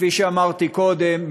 כפי שאמרתי קודם,